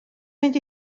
mynd